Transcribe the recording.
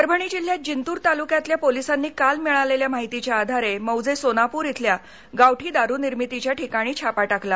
परभणी जिल्ह्यात जिंतुर तालुक्यातल्या पोलीसांनी काल मिळालेल्या माहितीच्या आधारे मौजे सोनापुर इथल्या गावठी दारूनिर्मितीच्या ठिकाणी छापा टाकला